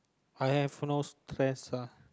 I have no stress ah